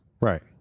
right